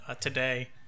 today